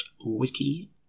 Wiki